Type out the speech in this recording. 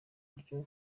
buryo